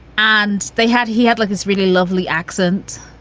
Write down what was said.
and they had he had, like, this really lovely accent